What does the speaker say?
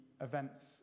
events